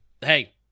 hey